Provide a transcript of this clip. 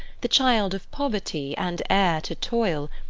the child of poverty, and heir to toil,